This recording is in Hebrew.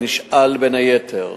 ונשאל בין היתר